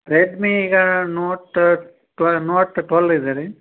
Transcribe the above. Redmi ಈಗ note twelve note twelve ಇದೆ ರೀ